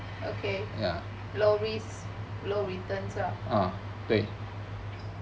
okay low risk low return 我知道